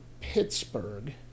Pittsburgh